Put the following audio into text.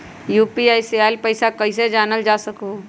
UPI से आईल पैसा कईसे जानल जा सकहु?